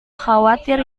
khawatir